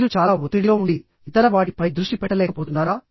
మీరు చాలా ఒత్తిడిలో ఉండి ఇతర వాటి పై దృష్టి పెట్టలేకపోతున్నారా